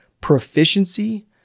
proficiency